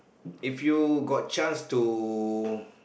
if you got chance to